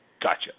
Gotcha